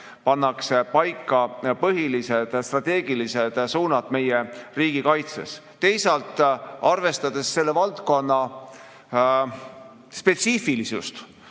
pannakse paika põhilised strateegilised suunad meie riigikaitses. Teisalt, arvestades selle valdkonna spetsiifilisust,